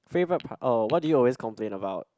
favourite part oh what do you always complain about